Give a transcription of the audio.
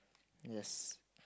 yes